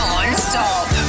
Non-stop